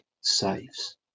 saves